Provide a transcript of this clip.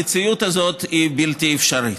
המציאות הזאת היא בלתי אפשרית.